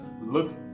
look